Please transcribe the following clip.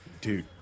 dude